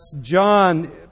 John